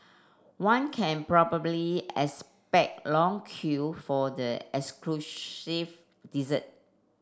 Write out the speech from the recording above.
one can probably expect long queue for the exclusive dessert